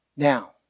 Now